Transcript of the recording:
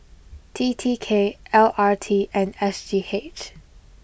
T T K L R T and S G H